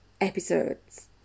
episodes